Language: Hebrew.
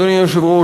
אדוני היושב-ראש,